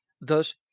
Thus